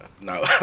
No